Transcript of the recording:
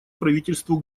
правительству